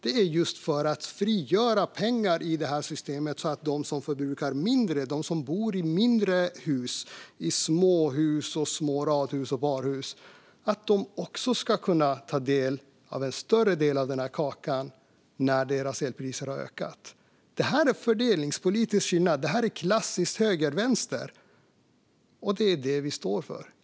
Det är så just för att frigöra pengar i det här systemet så att de som förbrukar mindre - de som bor i småhus, små radhus och parhus - ska kunna ta del av en större del av den här kakan när deras elpriser har ökat. Det här är en fördelningspolitisk skillnad - det är klassiskt höger-vänster, och det är det vi står för.